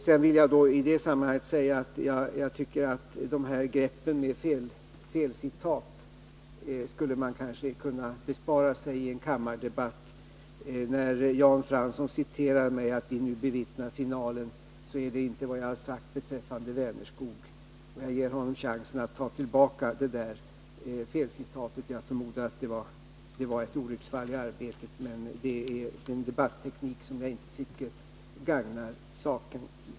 Jag vill i det sammanhanget säga att man i en kammardebatt kanske skulle kunna bespara sig greppet med felcitat. Jan Fransson citerade mitt uttalande att vi nu bevittnar finalen. Men det har jag inte sagt beträffande Vänerskog. Jag ger Jan Fransson chansen att ta tillbaka det felcitatet, som jag förmodar var ett olycksfall i arbetet. Att återge felcitat är en debatteknik som jag inte tycker gagnar saken.